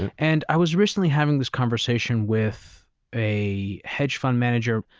and i was recently having this conversation with a hedge fund manager.